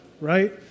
right